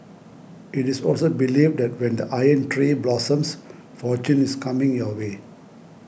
it is also believed that when the Iron Tree blossoms fortune is coming your way